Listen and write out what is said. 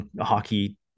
hockey